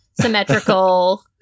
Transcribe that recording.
symmetrical